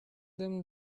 them